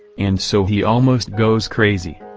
and so he almost goes crazy.